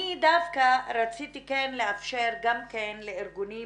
אני דווקא רציתי לאפשר גם כן לארגונים